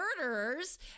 murderers